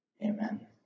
amen